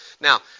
Now